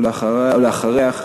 ולאחריה,